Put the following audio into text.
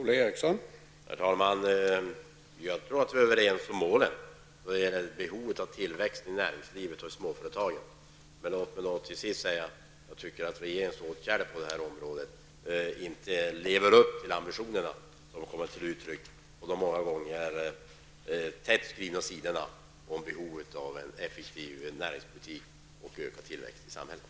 Herr talman! Jag tror att vi är överens om målet och om behovet av tillväxt i näringslivet och i småföretagen. Men låt mig då till sist säga att jag tycker att regeringens åtgärder på detta område inte motsvarar de ambitioner som kommer till uttryck på de många gånger tättskrivna sidorna om behovet av en effektiv näringspolitik och en ökad tillväxt i samhället.